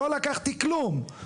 לא לקחתי כלום.